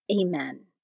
Amen